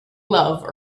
love